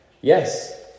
Yes